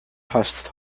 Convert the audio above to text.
has